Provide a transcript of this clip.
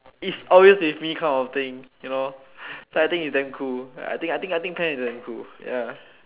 it's always with me kind of thing you know so I think it's damn cool I think I think I think pen is damn cool ya